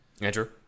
Andrew